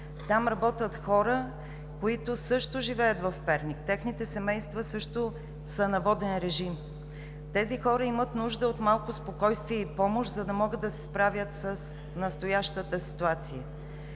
Там работят хора, които също живеят в Перник, техните семейства също са на воден режим. Тези хора имат нужда от малко спокойствие и помощ, за да могат да се справят с настоящата ситуация.